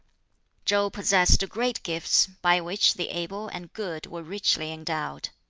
chow possessed great gifts, by which the able and good were richly endowed.